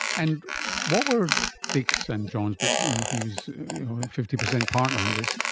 and what were dick's and john's, but you know he was fifty percent partner in this,